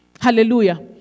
Hallelujah